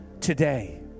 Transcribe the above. today